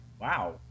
Wow